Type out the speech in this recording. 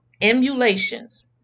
emulations